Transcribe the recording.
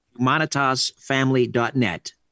humanitasfamily.net